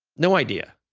no idea.